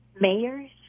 mayors